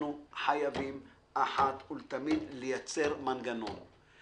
אנחנו חייבים לייצר מנגנון אחת ולתמיד,